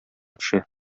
төшә